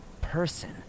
person